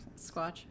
Squatch